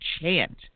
chant